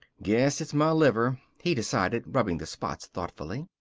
guess it's my liver, he decided, rubbing the spots thoughtfully.